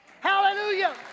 Hallelujah